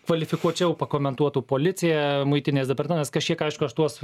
kvalifikuočiau pakomentuotų policija muitinės departamentas kažkiek aišku aš tuos